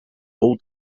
old